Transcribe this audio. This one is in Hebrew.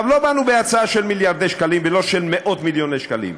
לא באנו בהצעה של מיליארדי שקלים ולא של מאות-מיליוני שקלים.